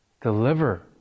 deliver